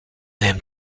aime